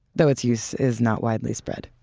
though it's use is not widely spread.